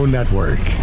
Network